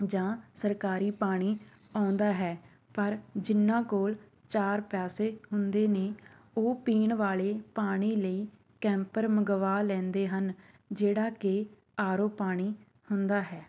ਜਾਂ ਸਰਕਾਰੀ ਪਾਣੀ ਆਉਂਦਾ ਹੈ ਪਰ ਜਿੰਨਾ ਕੋਲ ਚਾਰ ਪੈਸੇ ਹੁੰਦੇ ਨੇ ਉਹ ਪੀਣ ਵਾਲੇ ਪਾਣੀ ਲਈ ਕੈਂਪਰ ਮੰਗਵਾ ਲੈਂਦੇ ਹਨ ਜਿਹੜਾ ਕਿ ਆਰ ਓ ਪਾਣੀ ਹੁੰਦਾ ਹੈ